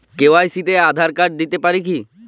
KYC তে Aadhaar card দিতে পারি কি?